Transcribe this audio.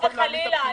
חס וחלילה.